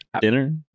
dinner